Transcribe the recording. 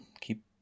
keep